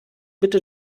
bitte